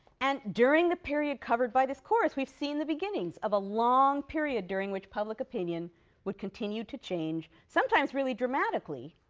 and during the period covered by this course we've seen the beginnings of a long period during which public opinion would continue to change, sometimes really dramatically,